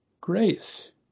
Grace